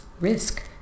risk